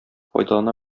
файдалана